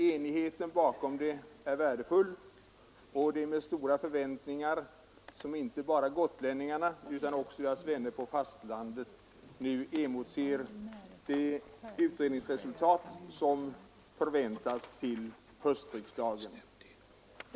Enigheten bakom det är värdefull, och det är med stora förväntningar som inte bara gotlänningarna utan också deras vänner på fastlandet nu emotser det utredningsresultat som förväntas till höstriksdagen.